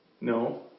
No